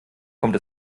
kommt